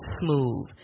smooth